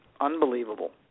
unbelievable